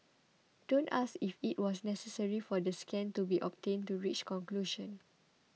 don't ask if it was necessary for the scan to be obtained to reach conclusion